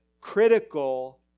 critical